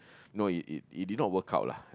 oh it it did not work out lah